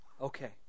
Okay